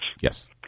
Yes